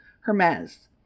Hermes